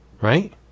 right